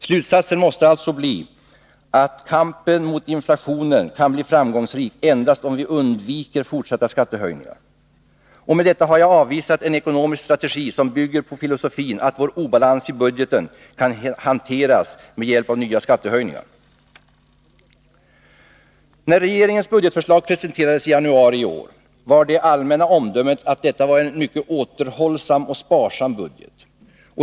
Slutsatsen måste alltså bli att kampen mot inflationen kan bli framgångsrik endast om vi undviker fortsatta skattehöjningar. Med detta har jag avvisat en ekonomisk strategi som bygger på filosofin att vår obalans i budgeten kan hanteras med hjälp av nya skattehöjningar. När regeringens budgetförslag presenterades i januari i år var det allmänna omdömet att detta var en mycket återhållsam och sparsam budget.